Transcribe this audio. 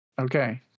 Okay